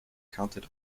counted